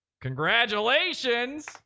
congratulations